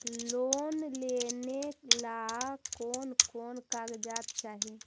Loan लेने ला कोन कोन कागजात चाही?